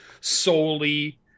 solely